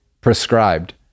prescribed